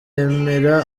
yemera